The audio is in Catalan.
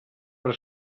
per